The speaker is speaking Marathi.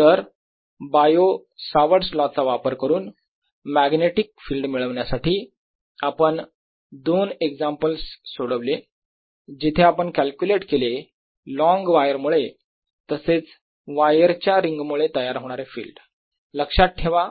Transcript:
तर Biot Savart's law Bio Savart's law चा वापर करून मॅग्नेटिक फिल्ड मिळवण्यासाठी आपण दोन एक्झामपल्स सोडवले जिथे आपण कॅलक्युलेट केले लॉन्ग वायर मुळे तसेच वायर च्या रिंग मुळे तयार होणारे फिल्ड लक्षात ठेवा